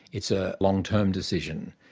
it's a long-term decision.